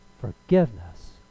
forgiveness